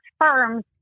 firms